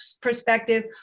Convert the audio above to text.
perspective